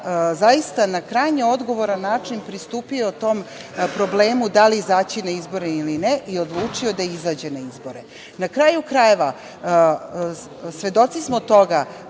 zaista na krajnje odgovoran način pristupio tom problemu da li izaći na izbore ili ne i odlučio da izađe na izbore. Na kraju krajeva, svedoci smo toga